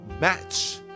match